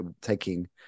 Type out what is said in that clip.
taking